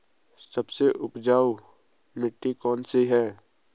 सबसे उपजाऊ मिट्टी कौन सी है?